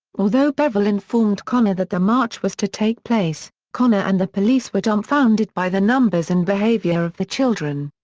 although bevel informed connor that the march was to take place, connor and the police were dumbfounded by the numbers and behavior of the children.